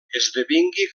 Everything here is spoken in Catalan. esdevingui